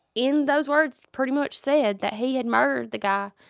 in those words, pretty much said that he had murdered the guy,